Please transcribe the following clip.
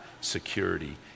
security